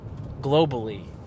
globally